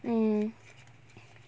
mm